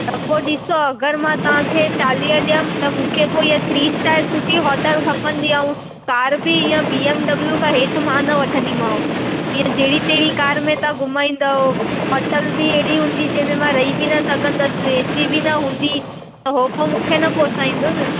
त पोइ ॾिसो अगरि मां तव्हांखे चालीह ॾिंदमि त मूंखे मूंखे पोइ इहो थ्री स्टार सुठी होटल खपंदी ऐं कार बि इअं बी एम डब्लु खां हेठि मां न वठंदीमांव इअं जहिड़ी तहिड़ी कार में तव्हां घुमाईंदव होटल बि अहिड़ी हूंदी जंहिं में मां रही बि न सघंदसि ए सी बि न हूंदी त उहो पोइ मूंखे न पोसाईंदो न